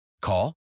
Call